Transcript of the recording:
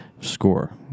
score